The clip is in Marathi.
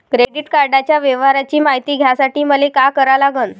क्रेडिट कार्डाच्या व्यवहाराची मायती घ्यासाठी मले का करा लागन?